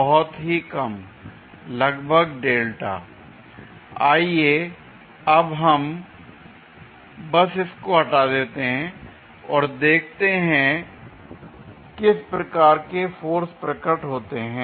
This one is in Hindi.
बहुत ही कम लगभग δ आइए अब हम बस इसको हटा देते हैं और देखते हैं किस प्रकार के फोर्स प्रकट होते हैं